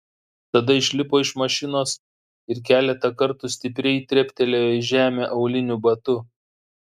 tada išlipo iš mašinos ir keletą kartų stipriai treptelėjo į žemę auliniu batu